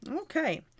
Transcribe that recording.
Okay